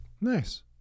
Nice